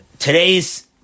Today's